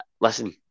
listen